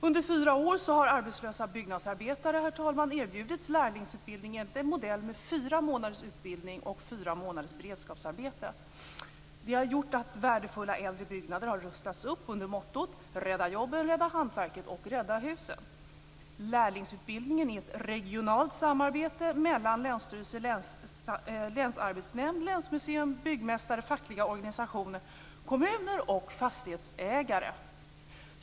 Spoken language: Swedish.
Under fyra år har arbetslösa byggnadsarbetare, herr talman, erbjudits lärlingsutbildning enligt en modell med fyra månaders utbildning och fyra månaders beredskapsarbete. Det har gjort att värdefulla äldre byggnader har rustats upp under mottot "Rädda jobben, rädda hantverket och rädda husen". Lärlingsutbildningen är ett regionalt samarbete mellan länsstyrelse, länsarbetsnämnd, länsmuseum, byggmästare, fackliga organisationer, kommuner och fastighetsägare.